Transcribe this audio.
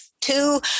two